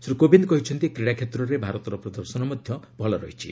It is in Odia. ଶ୍ରୀ କୋବିନ୍ଦ କହିଛନ୍ତି କ୍ରିଡ଼ା କ୍ଷେତ୍ରରେ ଭାରତର ପ୍ରଦର୍ଶନ ମଧ୍ୟ ଭଲ ରହିଛି